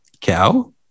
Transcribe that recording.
cow